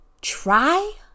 try